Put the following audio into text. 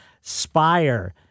Spire